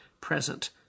present